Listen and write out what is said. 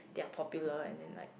ya popular and then like